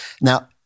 Now